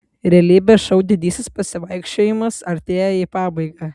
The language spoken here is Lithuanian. realybės šou didysis pasivaikščiojimas artėja į pabaigą